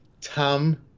Tom